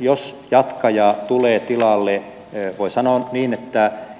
jos jatkaja tulee tilalle voi sanoa